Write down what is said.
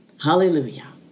Hallelujah